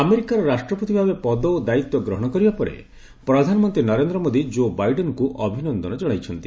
ଆମେରିକାର ରାଷ୍ଟ୍ରପତି ଭାବେ ପଦ ଓ ଦାୟିତ୍ୱ ଗ୍ରହଣ କରିବା ପରେ ପ୍ରଧାନମନ୍ତ୍ରୀ ନରେନ୍ଦ୍ର ମୋଦି କୋ ବାଇଡେନ୍ଙ୍କୁ ଅଭିନନ୍ଦନ ଜଣାଇଛନ୍ତି